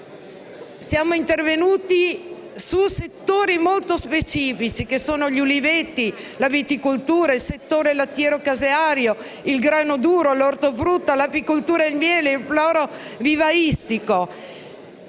siamo intervenuti su settori molto specifici: gli uliveti, la viticoltura, il settore lattiero-caseario, il grano duro, l'ortofrutta, l'apicoltura e il miele, il settore florovivaistico.